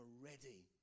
ready